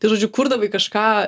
tai žodžiu kurdavai kažką